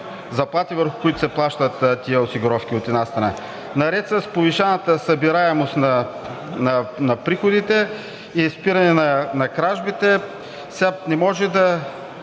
заплати, върху които се плащат тези осигуровки, от една страна. Наред с повишената събираемост на приходите и спиране на кражбите не може да